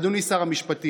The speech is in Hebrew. אדוני שר המשפטים,